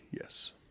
Yes